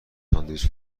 ساندویچ